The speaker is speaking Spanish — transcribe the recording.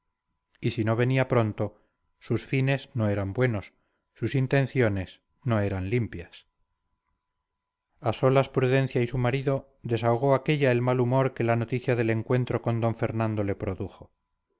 y si no venía pronto sus fines no eran buenos sus intenciones no eran limpias a solas prudencia y su marido desahogó aquella el mal humor que la noticia del encuentro con d fernando le produjo